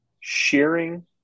sharing